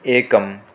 एकम्